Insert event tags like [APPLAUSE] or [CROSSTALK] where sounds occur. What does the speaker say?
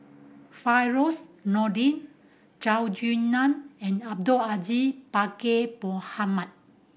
Firdaus Nordin Zhou [UNINTELLIGIBLE] Nan and Abdul Aziz Pakkeer Mohamed